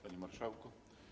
Panie Marszałku!